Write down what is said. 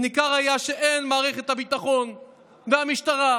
ניכר היה שהן מערכת הביטחון והמשטרה,